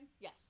Yes